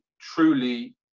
truly